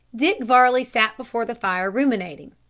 dick varley sat before the fire ruminating.